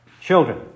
children